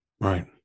right